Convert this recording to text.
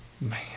Man